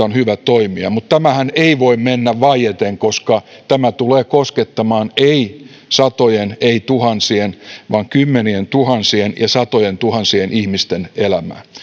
on hyvä toimia mutta tämähän ei voi mennä vaieten koska tämä tulee koskettamaan ei satojen ei tuhansien vaan kymmenientuhansien ja satojentuhansien ihmisten elämää